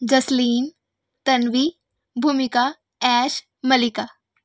Jasleen Tanvi Bhumika Aish Malika